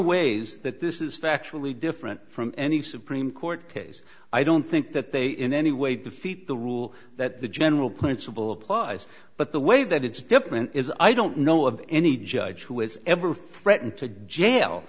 ways that this is factually different from any supreme court case i don't think that they in any way defeat the rule that the general principle applies but the way that it's different is i don't know of any judge who has ever threatened to jail